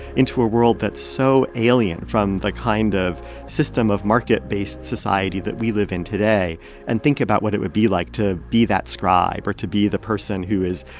into a world that's so alien from the kind of system of market-based society that we live in today and think about what it would be like to be that scribe or to be the person who is,